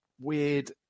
weird